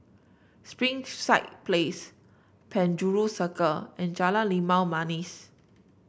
Springside Place Penjuru Circle and Jalan Limau Manis